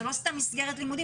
עכשיו, לא סתם מסגרת לימודים.